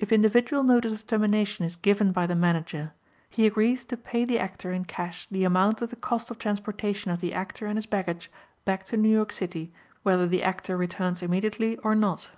if individual notice of termination is given by the manager he agrees to pay the actor in cash the amount of the cost of transportation of the actor and his baggage back to new york city whether the actor returns immediately or not.